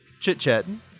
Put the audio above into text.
chit-chatting